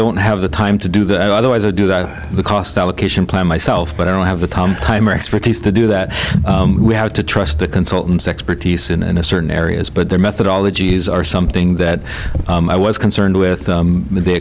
don't have the time to do that otherwise i do that the cost allocation plan myself but i don't have the time or expertise to do that we have to trust the consultants expertise in a certain areas but their methodology is are something that i was concerned with they